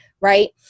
Right